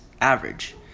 average